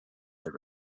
that